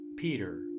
Peter